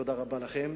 תודה רבה לכם.